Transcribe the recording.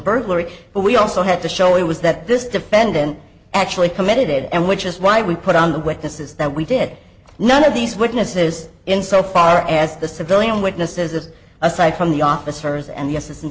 burglary but we also had to show it was that this defendant actually committed and which is why we put on the witnesses that we did none of these witnesses in so far as the civilian witnesses aside from the officers and the assistan